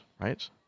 right